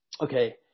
Okay